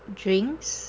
drinks